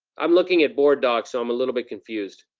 i'm looking at board docs, so i'm a little bit confused.